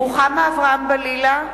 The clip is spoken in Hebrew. רוחמה אברהם-בלילא,